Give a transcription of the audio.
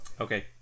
Okay